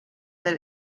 that